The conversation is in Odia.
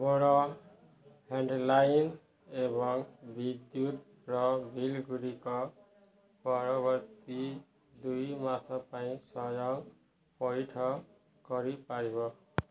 ମୋର ଲ୍ୟାଣ୍ଡ୍ଲାଇନ୍ ଏବଂ ବିଦ୍ୟୁତ୍ର ବିଲ୍ଗୁଡ଼ିକ ପରବର୍ତ୍ତୀ ଦୁଇ ମାସ ପାଇଁ ସ୍ଵୟଂ ପଇଠ କରିପାରିବ